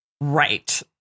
Right